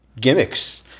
gimmicks